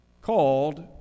called